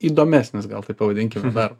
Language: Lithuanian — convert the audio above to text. įdomesnis gal taip pavadinkim na